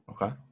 okay